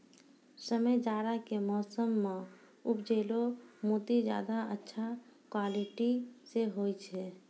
समय जाड़ा के मौसम मॅ उपजैलो मोती ज्यादा अच्छा क्वालिटी के होय छै